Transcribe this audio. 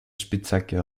spitzhacke